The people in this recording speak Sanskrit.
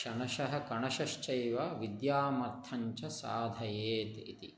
क्षणशः कणशश्चैव विद्यामर्थं च साधयेत् इति